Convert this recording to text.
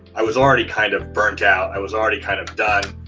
i was already kind of burnt out. i was already kind of done.